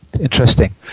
Interesting